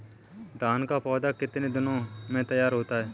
धान का पौधा कितने दिनों में तैयार होता है?